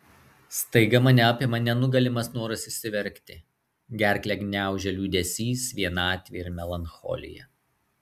staiga mane apima nenugalimas noras išsiverkti gerklę gniaužia liūdesys vienatvė ir melancholija